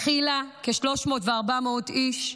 הכילה כ-300 ו-400 איש.